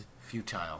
futile